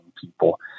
people